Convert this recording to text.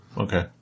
Okay